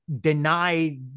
deny